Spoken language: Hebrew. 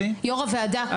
יו"ר הוועדה,